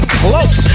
close